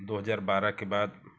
दो हज़ार बारह के बाद